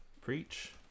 Preach